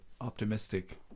optimistic